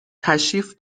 تشریف